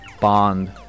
bond